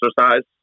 exercise